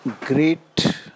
great